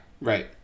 right